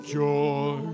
joy